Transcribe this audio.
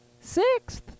Sixth